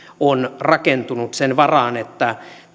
on rakentunut sen varaan että